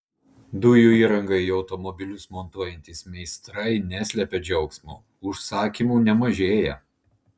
dujų įrangą į automobilius montuojantys meistrai neslepia džiaugsmo užsakymų nemažėja